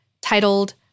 titled